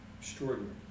extraordinary